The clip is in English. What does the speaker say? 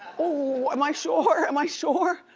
oh, am i sure, am i sure?